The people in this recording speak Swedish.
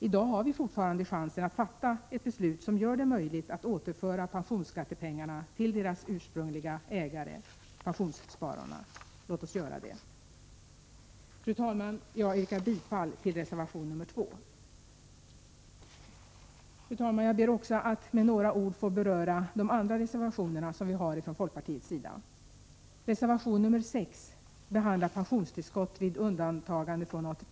I dag har vi fortfarande chansen att fatta ett beslut som gör det möjligt att återföra pensionsskattepengarna till deras ursprungliga ägare, pensionsspararna. Låt oss göra det! Fru talman! Jag yrkar bifall till reservation 2. Fru talman! Jag ber också att med några ord få beröra de andra reservationer som vi från folkpartiets sida avgivit. Reservation 6 gäller pensionstillskott vid undantagande från ATP.